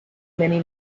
many